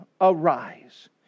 arise